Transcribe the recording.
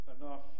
enough